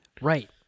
Right